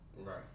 Right